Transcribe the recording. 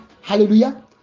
hallelujah